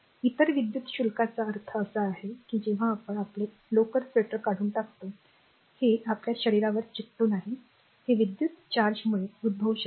इतर विद्युत शुल्काचा अर्थ असा आहे की जेव्हा आपण आपले लोकर स्वेटर काढून टाकतोहे आपल्या शरीरावर चिकटून आहे हे विद्युत चार्जमुळे उद्भवू शकते